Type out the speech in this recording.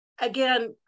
again